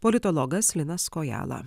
politologas linas kojala